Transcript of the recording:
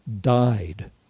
died